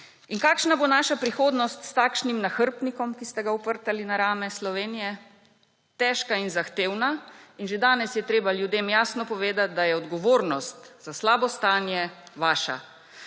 In kakšna bo naša prihodnost s takšnim nahrbtnikom, ki ste ga oprtili na rame Slovenije? Težka in zahtevna. In že danes je treba ljudem jasno povedati, da je odgovornost za slabo stanje vaša.